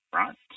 right